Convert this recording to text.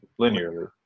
linearly